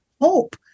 hope